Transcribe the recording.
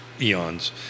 eons